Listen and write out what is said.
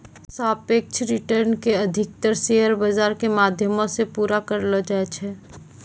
सापेक्ष रिटर्न के अधिकतर शेयर बाजार के माध्यम से पूरा करलो जाय छै